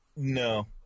No